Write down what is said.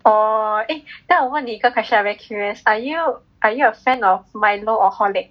oh eh 那我问你一个 question I very curious are you a fan of Milo or Horlick